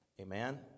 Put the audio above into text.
Amen